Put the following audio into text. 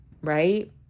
right